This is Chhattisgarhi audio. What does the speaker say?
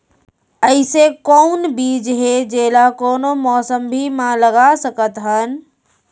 अइसे कौन बीज हे, जेला कोनो मौसम भी मा लगा सकत हन?